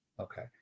Okay